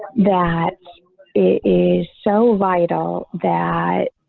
that is so vital that